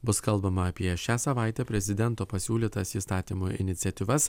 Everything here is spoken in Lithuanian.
bus kalbama apie šią savaitę prezidento pasiūlytas įstatymo iniciatyvas